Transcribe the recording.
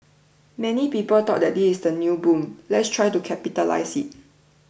many people thought that this is the new boom let's try to capitalise it